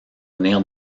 venir